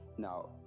now